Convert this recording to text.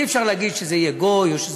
אי-אפשר להגיד שזה יהיה גוי